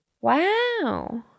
Wow